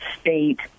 state